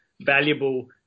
valuable –